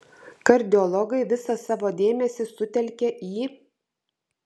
kardiologai visą savo dėmesį sutelkia į